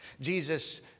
Jesus